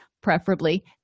preferably